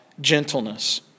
gentleness